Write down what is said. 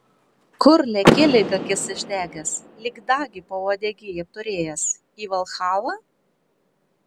kur leki lyg akis išdegęs lyg dagį pauodegy apturėjęs į valhalą